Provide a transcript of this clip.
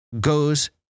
goes